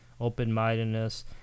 open-mindedness